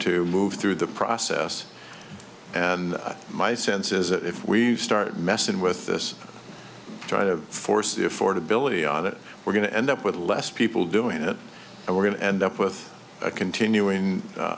to move through the process and my sense is that if we've started messing with this try to force the affordability on it we're going to end up with less people doing it and we're going to end up with a continuing u